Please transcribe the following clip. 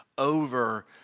over